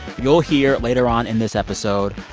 you'll hear, later on in this episode,